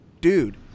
dude